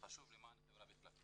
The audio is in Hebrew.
חשוב למען החברה בכלל.